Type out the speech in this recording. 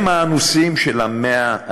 הם האנוסים של המאה ה-21.